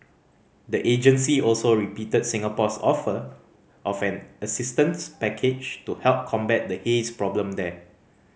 the agency also repeated Singapore's offer of an assistance package to help combat the haze problem there